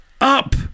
Up